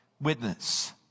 witness